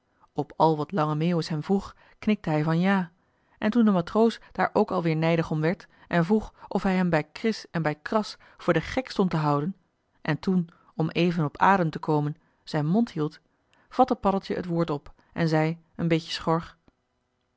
op al wat lange meeuwis hem vroeg knikte hij van ja en toen de matroos daar ook al weer nijdig om werd en vroeg of hij hem bij kris en bij kras voor den gek stond te houden en toen om even op adem te komen zijn mond hield vatte paddeltje het woord op en zei een beetje